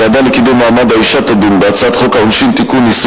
הוועדה לקידום מעמד האשה תדון בהצעות החוק האלה: א.